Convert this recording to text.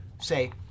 say